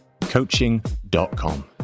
coaching.com